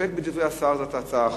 להסתפק בדברי השר זו הצעה אחת,